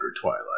Twilight